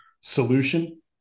solution